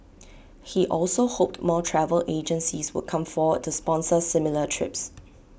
he also hoped more travel agencies would come forward to sponsor similar trips